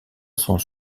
sans